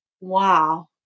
wow